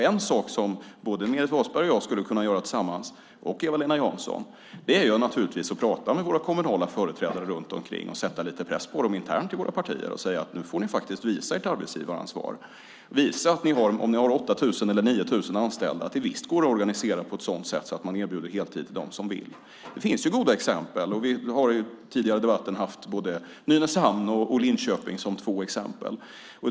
En sak som både Meeri Wasberg, jag och Eva-Lena Jansson skulle kunna göra tillsammans är att prata med våra kommunala företrädare runt omkring, sätta lite press på dem internt i våra partier och säga: Nu får ni faktiskt visa ert arbetsgivaransvar! Om ni har 8 000 eller 9 000 anställda - visa då att det visst går att organisera på ett sådant sätt att man erbjuder heltid till dem som vill! Det finns goda exempel. Vi har tidigare i debatten haft både Nynäshamn och Linköping som två exempel.